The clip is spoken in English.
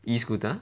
e-scooter